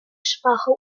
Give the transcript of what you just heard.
sprache